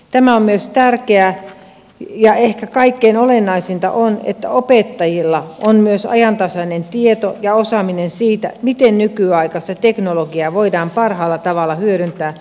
tämä on myös tärkeää ja ehkä kaikkein olennaisinta on että opettajilla on myös ajantasainen tieto ja osaaminen siitä miten nykyaikaista teknologiaa voidaan parhaalla tavalla hyödyntää oppimisen tukena